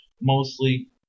mostly